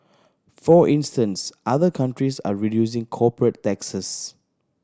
for instance other countries are reducing corporate taxes